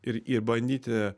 ir ir bandyti